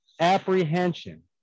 apprehension